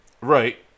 Right